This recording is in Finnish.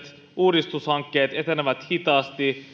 uudistushankkeet etenevät hitaasti